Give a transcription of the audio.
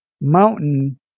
mountain